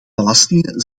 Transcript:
belastingen